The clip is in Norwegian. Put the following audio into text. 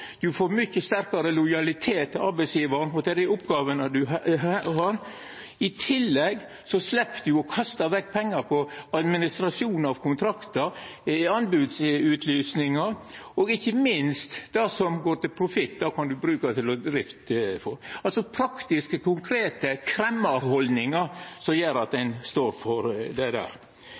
får mykje sterkare lojalitet til arbeidsgjevaren og til dei oppgåvene ein har. I tillegg slepp ein å kasta vekk pengar på administrasjon av kontraktar og anbodsutlysingar – og ikkje minst: Det som går til profitt, kan ein bruka til drift. Det er altså praktiske, konkrete kremmarhaldningar som gjer at ein står for dette. Det